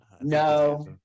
No